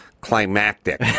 climactic